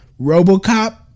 RoboCop